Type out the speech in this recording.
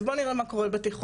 בואו נראה מה קורה בתיכון.